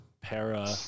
para